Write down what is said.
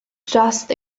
just